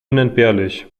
unentbehrlich